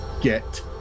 get